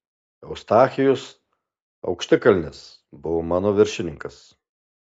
eustachijus aukštikalnis buvo mano viršininkas